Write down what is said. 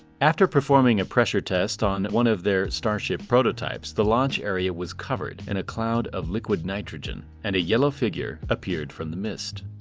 after performing a pressure test on one of their starship prototypes, the launch area was covered in a cloud of liquid nitrogen and a yellow figure appeared from the mist.